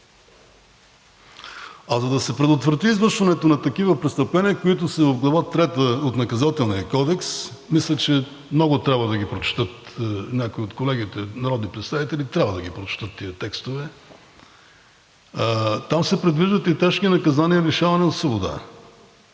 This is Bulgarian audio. А за да се предотврати извършването на такива престъпления, които са в Глава трета от Наказателния кодекс, мисля, че много трябва да ги прочетат някои от колегите народни представители – трябва да ги прочетат тези текстове. Там се предвиждат и тежки наказания „лишаване от свобода“.